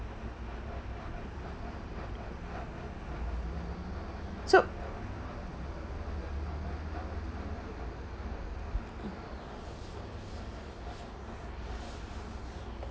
so